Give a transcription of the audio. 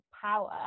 power